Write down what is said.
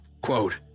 quote